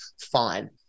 fine